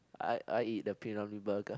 I I eat the P-Ramlee burger